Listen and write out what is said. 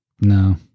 No